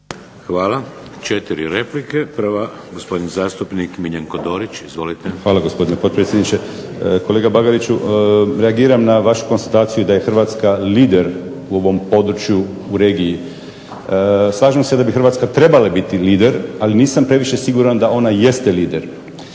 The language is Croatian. Hvala. Četiri replike. Prva, gospodin zastupnik Miljenko Dorić. Izvolite. **Dorić, Miljenko (HNS)** Hvala, gospodine potpredsjedniče. Kolega Bagariću, reagiram na vaš konstataciju da je Hrvatska lider u ovom području, u regiji. Slažem se da bi Hrvatska trebala biti lider, ali nisam previše siguran da ona jeste lider.